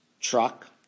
truck